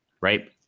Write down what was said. right